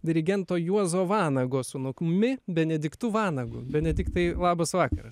dirigento juozo vanago sūnukmi benediktu vanagu benediktai labas vakaras